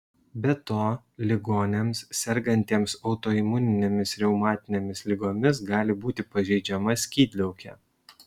be to ligoniams sergantiems autoimuninėmis reumatinėmis ligomis gali būti pažeidžiama skydliaukė